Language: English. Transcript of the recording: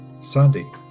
Sunday